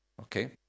Okay